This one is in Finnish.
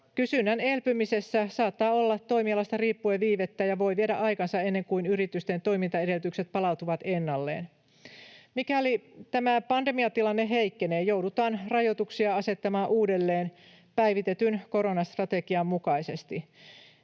Kysynnän elpymisessä saattaa olla toimialasta riippuen viivettä, ja voi viedä aikansa ennen kuin yritysten toimintaedellytykset palautuvat ennalleen. Mikäli tämä pandemiatilanne heikkenee, joudutaan rajoituksia asettamaan uudelleen päivitetyn koronastrategian mukaisesti.